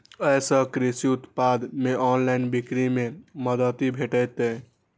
अय सं कृषि उत्पाद के ऑनलाइन बिक्री मे मदति भेटतै